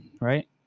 right